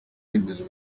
remezo